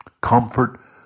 Comfort